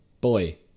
boy